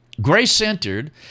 Grace-centered